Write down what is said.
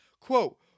Quote